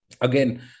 Again